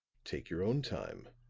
take your own time,